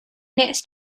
next